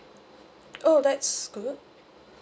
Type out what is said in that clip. oh that's good